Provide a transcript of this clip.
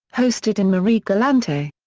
hosted in marie-galante.